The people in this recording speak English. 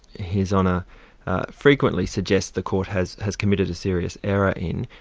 his honour frequently suggests the court has has committed a serious error in.